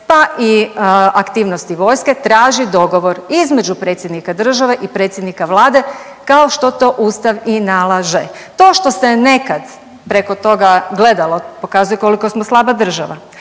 pa i aktivnosti vojske traži dogovor između predsjednika države i predsjednika Vlade kao što to ustav i nalaže. To što se nekad preko toga gledalo pokazuje koliko smo slaba država,